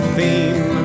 theme